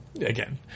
again